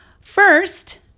First